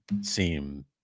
seem